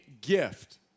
gift